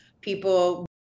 people